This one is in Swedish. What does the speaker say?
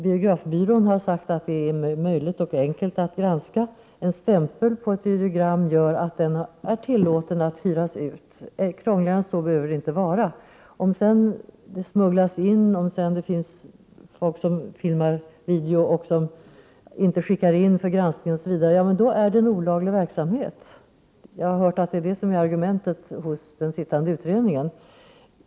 Biografbyrån har sagt att det är möjligt och enkelt att granska ett videogram. En stämpel på ett videogram gör att den blir tillåten att hyras ut — krångligare än så behöver det inte vara. Om man sedan smugglar in videogram, och om människor som gör inspelningar av videofilmer inte skickar in dem för granskning osv., är det fråga om en olaglig verksamhet. Jag har hört att den sittande utredningen har framfört de här argumenten.